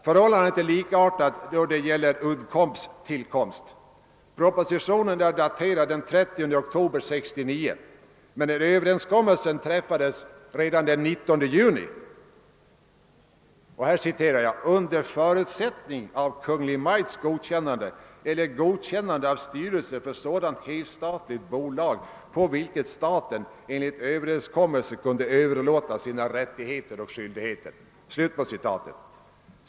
Förhållandet är likartat då det gäller Uddcombs tillkomst. Propositionen i ärendet är daterad den 30 oktober 1969, men överenskommelse träffades redan den 19 juni »under förutsättning av Kungl. Maj:ts godkännande eller godkännande av styrelsen för sådant helstatligt bolag på vilket staten enligt överenskommelse kunde överlåta sina rättigheter och skyldigheter».